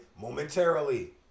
momentarily